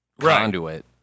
conduit